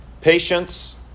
patience